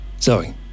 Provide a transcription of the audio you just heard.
Zoe